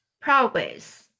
progress